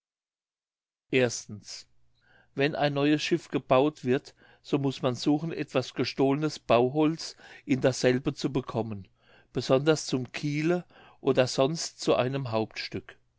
wenn ein neues schiff gebaut wird so muß man suchen etwas gestohlnes bauholz in dasselbe zu bekommen besonders zum kiele oder sonst zu einem hauptstück